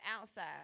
outside